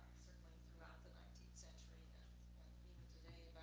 certainly throughout the nineteenth century and even today